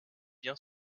bien